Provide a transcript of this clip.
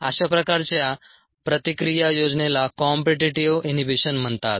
अशा प्रकारच्या प्रतिक्रिया योजनेला कॉम्पीटीटीव्ह इनहिबिशन म्हणतात